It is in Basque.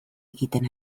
egiten